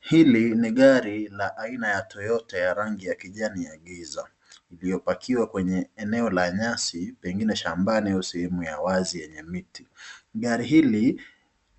Hili ni gari la aina ya Toyota ya rangi ya kijani ya giza, iliyopakiwa kwenye eneo la nyasi, pengine shambani au sehemu ya wazi yenye miti. Gari hili,